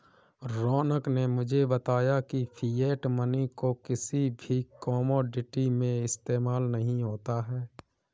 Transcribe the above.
रौनक ने मुझे बताया की फिएट मनी को किसी भी कोमोडिटी में इस्तेमाल नहीं होता है